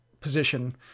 position